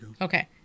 Okay